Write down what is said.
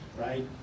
right